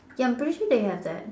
ya I'm pretty sure they have that